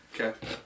Okay